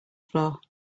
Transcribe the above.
floor